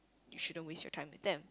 you shouldn't waste your time with them